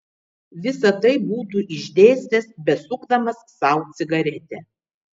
visa tai būtų išdėstęs besukdamas sau cigaretę